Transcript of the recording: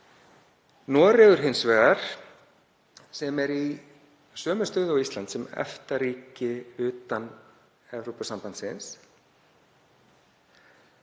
Noregur hins vegar, sem er í sömu stöðu og Ísland sem EFTA-ríki utan Evrópusambandsins,